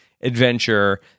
adventure